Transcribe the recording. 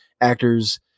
actors